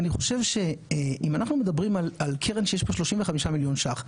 אני חושב שאם אנחנו מדברים על קרן שיש בה 35 מיליון שקלים,